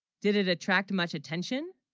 did it attract much attention